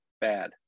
bad